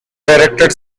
directed